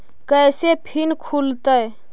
कैसे फिन खुल तय?